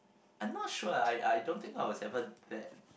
I'm not sure I I don't think I was ever that